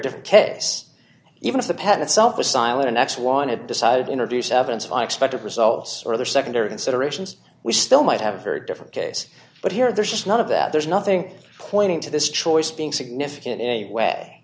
different case even if the pen itself was silent x wanted decided introduce evidence i expected results or other secondary considerations we still might have a very different case but here there's just not of that there's nothing pointing to this choice being significant anyway